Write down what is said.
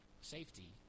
safety